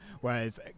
whereas